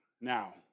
now